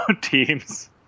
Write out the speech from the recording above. teams